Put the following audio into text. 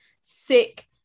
sick